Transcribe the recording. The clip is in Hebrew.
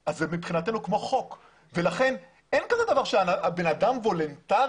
מבחינתנו זה כמו חוק ולכן אין כזה דבר שהבן אדם וולנטרי